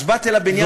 אז באתי לבניין הזה,